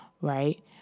right